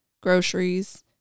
Groceries